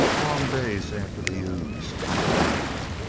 long days after the ewes on the down,